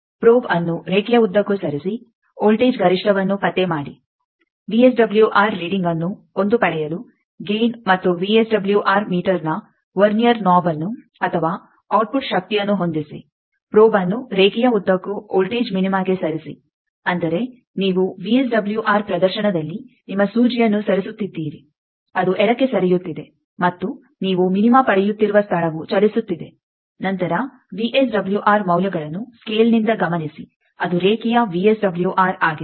ಪ್ರೋಬ್ಅನ್ನು ರೇಖೆಯ ಉದ್ದಕ್ಕೂ ಸರಿಸಿ ವೋಲ್ಟೇಜ್ ಗರಿಷ್ಟವನ್ನು ಪತ್ತೆ ಮಾಡಿ ವಿಎಸ್ಡಬ್ಲ್ಯೂಆರ್ ರೀಡಿಂಗ್ಅನ್ನು ಒಂದು ಪಡೆಯಲು ಗೈನ್ ಮತ್ತು ವಿಎಸ್ಡಬ್ಲ್ಯೂಆರ್ ಮೀಟರ್ನ ವರ್ನಿಯರ್ ನಾಬಅನ್ನು ಅಥವಾ ಔಟ್ಪುಟ್ ಶಕ್ತಿಯನ್ನು ಹೊಂದಿಸಿ ಪ್ರೋಬ್ಅನ್ನು ರೇಖೆಯ ಉದ್ದಕ್ಕೂ ವೋಲ್ಟೇಜ್ ಮಿನಿಮಗೆ ಸರಿಸಿ ಅಂದರೆ ನೀವು ವಿಎಸ್ಡಬ್ಲ್ಯೂಆರ್ ಪ್ರದರ್ಶನದಲ್ಲಿ ನಿಮ್ಮ ಸೂಜಿಯನ್ನು ಸರಿಸುತ್ತಿದ್ದೀರಿ ಅದು ಎಡಕ್ಕೆ ಸರಿಯುತ್ತಿದೆ ಮತ್ತು ನೀವು ಮಿನಿಮ ಪಡೆಯುತ್ತಿರುವ ಸ್ಥಳವು ಚಲಿಸುತ್ತಿದೆ ನಂತರ ವಿಎಸ್ಡಬ್ಲ್ಯೂಆರ್ ಮೌಲ್ಯಗಳನ್ನು ಸ್ಕೇಲ್ನಿಂದ ಗಮನಿಸಿ ಅದು ರೇಖೆಯ ವಿಎಸ್ಡಬ್ಲ್ಯೂಆರ್ ಆಗಿದೆ